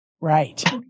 Right